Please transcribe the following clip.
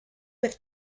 per